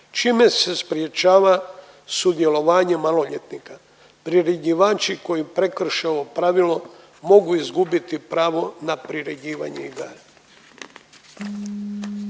čime se sprječava sudjelovanje maloljetnika. Priređivači koji prekrše ovo pravilo mogu izgubiti pravo na priređivanje igara.